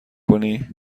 کنی